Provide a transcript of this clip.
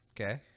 Okay